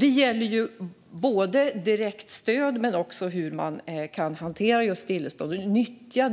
Det gäller både direktstöd och hur man kan hantera stillestånd och nyttja